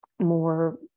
more